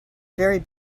very